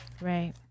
Right